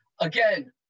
Again